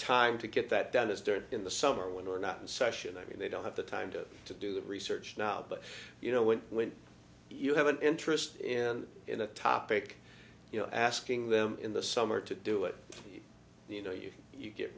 time to get that done is dirt in the summer when we're not in session i mean they don't have the time to to do the research now but you know when when you have an interest in in a topic you know asking them in the summer to do it you know you